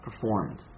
performed